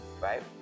right